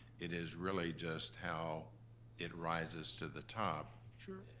it is really just how it rises to the top. sure.